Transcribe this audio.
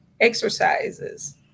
exercises